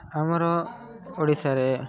ଆମର ଓଡ଼ିଶାରେ